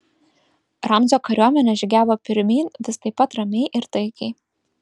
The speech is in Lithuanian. ramzio kariuomenė žygiavo pirmyn vis taip pat ramiai ir taikiai